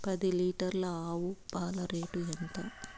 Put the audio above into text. పది లీటర్ల ఆవు పాల రేటు ఎంత?